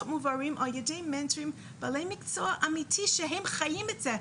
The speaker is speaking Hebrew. מועברים על-ידי מנטורים בעלי מקצוע אמיתי שהם חיים את זה.